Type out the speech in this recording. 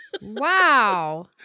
wow